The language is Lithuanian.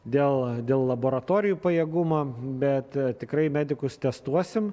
dėl dėl laboratorijų pajėgumo bet tikrai medikus testuosim